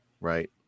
right